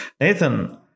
Nathan